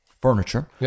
furniture